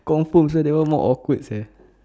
confirm so that one more awkward [sial]